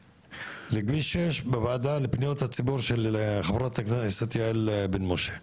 לכביש שש בוועדה לפניות הציבור של חברת הכנסת יעל בן משה.